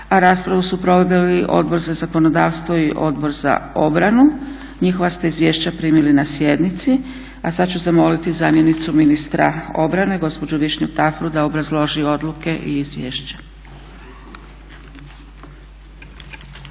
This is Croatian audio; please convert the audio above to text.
Raspravu su proveli Odbor za zakonodavstvo i Odbor za obranu. Njihova ste izvješća primili na sjednici. A sada ću zamoliti zamjenicu ministra obrane gospođu Višnju Tafru da obrazloži odluke i izvješća.